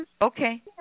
Okay